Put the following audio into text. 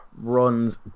runs